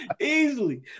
easily